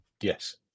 Yes